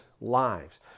lives